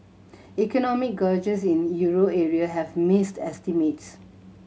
economic gauges in euro area have missed estimates